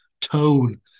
tone